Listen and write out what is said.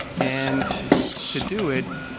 and to do it,